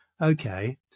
okay